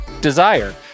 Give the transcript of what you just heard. Desire